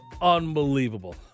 unbelievable